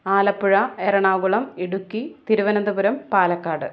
Alappuzha Ernakulam Idukki Thiruvananthapuram Palakkad